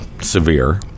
severe